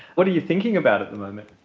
what are you thinking about at the moment?